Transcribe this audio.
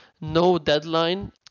no-deadline